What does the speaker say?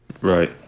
Right